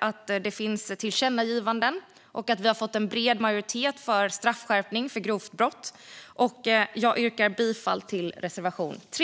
att det finns tillkännagivanden och att vi har fått en bred majoritet för straffskärpning för grovt brott. Jag yrkar bifall till reservation 3.